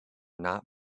not